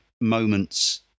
moments